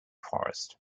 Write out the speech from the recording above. forest